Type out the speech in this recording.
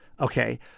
Okay